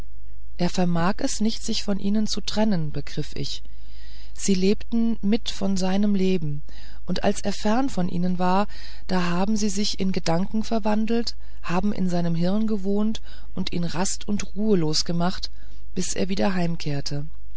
er vermag es nicht sich von ihnen zu trennen begriff ich sie leben mit von seinem leben und als er fern von ihnen war da haben sie sich in gedanken verwandelt haben in seinem hirn gewohnt und ihn rast und ruhelos gemacht bis er wieder heimkehrte